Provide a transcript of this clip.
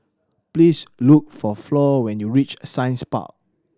please look for Flor when you reach Science Park